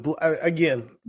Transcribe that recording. again